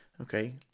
okay